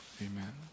Amen